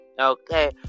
Okay